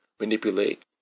manipulate